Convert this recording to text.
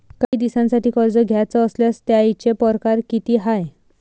कायी दिसांसाठी कर्ज घ्याचं असल्यास त्यायचे परकार किती हाय?